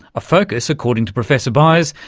a focus, according to professor byers,